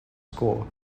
score